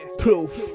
proof